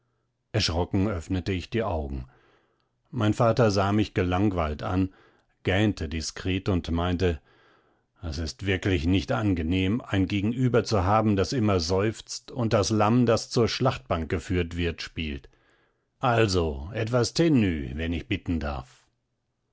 erschrocken öffnete ich die augen mein vater sah mich gelangweilt an gähnte diskret und meinte es ist wirklich nicht angenehm ein gegenüber zu haben das immer seufzt und das lamm das zur schlachtbank geführt wird spielt also etwas tenue wenn ich bitten darf